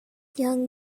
young